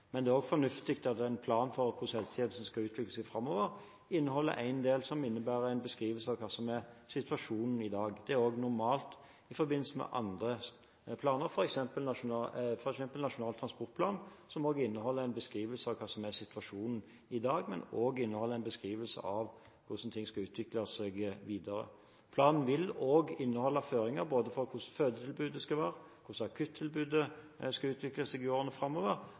Men det er også fornuftig at en plan for hvordan helsetjenesten skal utvikle seg framover, inneholder en del som har en beskrivelse av hva som er situasjonen i dag. Det er normalt i forbindelse med andre planer, f.eks. Nasjonal transportplan, som inneholder en beskrivelse av hva som er situasjonen i dag, men også inneholder en beskrivelse av hvordan ting skal utvikle seg videre. Planen vil også inneholde føringer for hvordan fødetilbudet skal være, for hvordan akuttilbudet skal utvikle seg i årene framover,